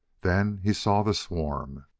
then he saw the swarm.